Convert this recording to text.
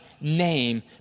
name